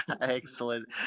Excellent